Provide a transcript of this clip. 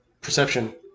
perception